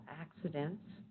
accidents